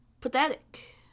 pathetic